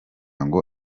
ngo